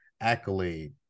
accolade